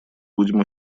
будем